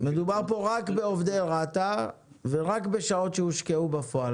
מדובר פה רק בעובדי רת"א ורק בשעות שהושקעו בפועל.